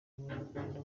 umunyarwanda